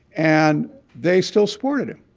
and they still supported him.